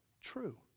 true